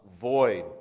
void